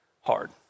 hard